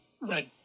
red